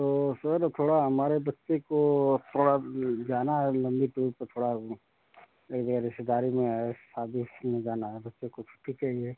तो सर थोड़ा हमारे बच्चे को थोड़ा जाना है थोड़ा उ एक जगह रिश्तेदारी में आए शादी में जाना है बच्चे को छुट्टी चाहिए